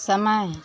समय